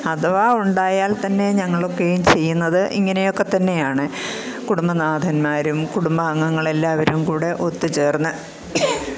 അഥവാ ഉണ്ടായാല്ത്തന്നെ ഞങ്ങൾ ഒക്കെയും ചെയ്യുന്നത് ഇങ്ങനെയൊക്കെത്തന്നെയാണ് കുടുംബനാഥന്മാരും കുടുംബാംഗങ്ങളെല്ലാവരും കൂടെ ഒത്തുചേര്ന്ന്